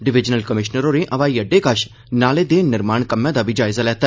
divisional commissioner होरें ब्हाई अड्डे कश नाले दे निर्माण कम्मै दा बी जायजा लैता